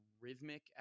rhythmic